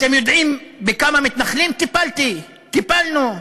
אתם יודעים בכמה מתנחלים טיפלתי, טיפלנו?